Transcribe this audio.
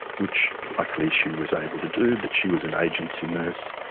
which luckily she was able to do, but she was an agency nurse,